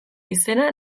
izena